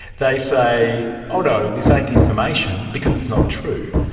they say, oh no, this ain't information, because it's not true.